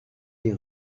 les